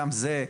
גם זה,